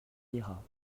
lira